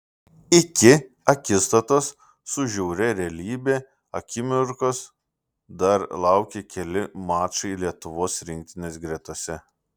iki akistatos su žiauria realybe akimirkos dar laukė keli mačai lietuvos rinktinės gretose